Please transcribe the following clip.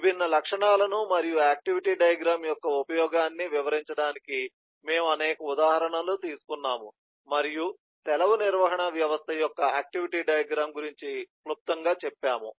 విభిన్న లక్షణాలను మరియు ఆక్టివిటీ డయాగ్రమ్ యొక్క ఉపయోగాన్ని వివరించడానికి మేము అనేక ఉదాహరణలు తీసుకున్నాము మరియు సెలవు నిర్వహణ వ్యవస్థ యొక్క ఆక్టివిటీ డయాగ్రమ్ గురించి క్లుప్తంగా చెప్పాము